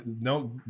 no